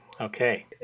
Okay